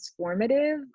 transformative